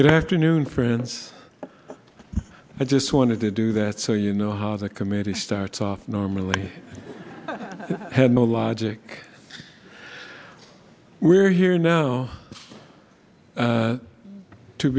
good afternoon friends i just wanted to do that so you know how the committee starts off normally had no logic we're here now